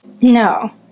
No